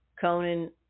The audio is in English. Conan